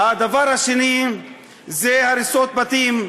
הדבר השני זה הריסות בתים.